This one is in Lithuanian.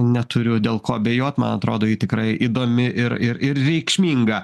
neturiu dėl ko abejot man atrodo ji tikrai įdomi ir ir ir reikšminga